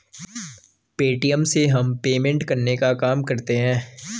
Paytm से हम payment करने का काम करते है